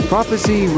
Prophecy